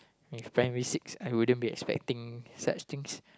if primary six I wouldn't be expecting such things